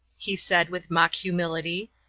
he said, with mock humility,